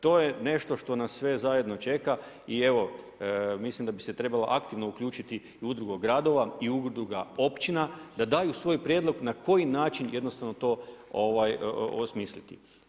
To je nešto što nas sve zajedno čeka i mislim da bi se trebalo aktivno uključiti i udrugu gradova i udruga općina da daju svoj prijedlog na koji način to osmisliti.